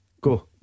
Go